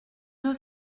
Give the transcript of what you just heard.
deux